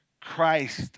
Christ